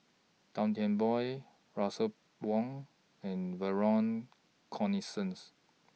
Gan Thiam Poh Russel Wong and Vernon Cornelius